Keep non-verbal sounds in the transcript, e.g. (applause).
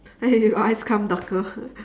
then your eyes become darker (laughs)